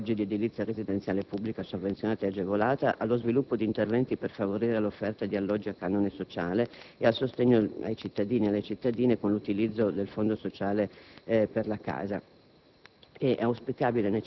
dalla messa a disposizione di alloggi di edilizia residenziale pubblica sovvenzionata ed agevolata allo sviluppo di interventi per favorire l'offerta di alloggi a canone sociale e al sostegno ai cittadini e alle cittadine con l'utilizzo del Fondo sociale per la casa.